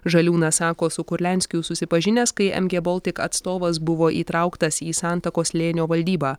žaliūnas sako su kurlianskiu susipažinęs kai mg baltic atstovas buvo įtrauktas į santakos slėnio valdybą